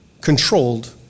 controlled